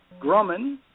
Grumman